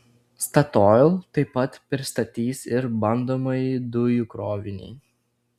statoil taip pat pristatys ir bandomąjį dujų krovinį